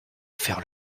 faire